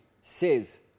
says